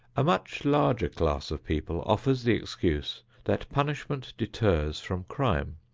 a much larger class of people offers the excuse that punishment deters from crime.